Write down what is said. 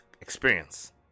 experience